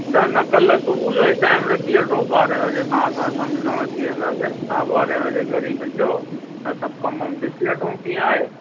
न न कल्ह सुबुह जो ई टाइम रखी वठो ॿारहें बजे तव्हां सां असां मिलणु अची वेंदासीं तव्हां ॿारहें बजे घर ई मिलजो हा सभु कमु वम ॾिसी वठो कीअं आहे